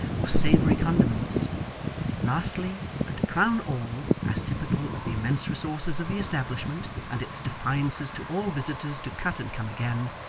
or savoury condiments lastly, and to crown all, as typical of the immense resources of the establishment, and its defiances to all visitors to cut and come again,